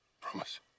Promise